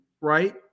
right